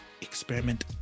experiment